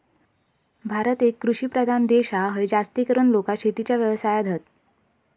भारत एक कृषि प्रधान देश हा, हय जास्तीकरून लोका शेतीच्या व्यवसायात हत